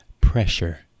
pressure